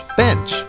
bench